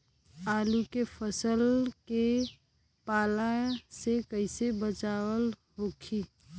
आलू के फसल के पाला से कइसे बचाव होखि?